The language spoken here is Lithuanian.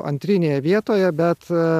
antrinėje vietoje bet